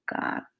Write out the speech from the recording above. God